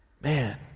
Man